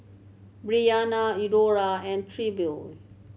Bryanna Eudora and Trilby